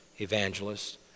evangelists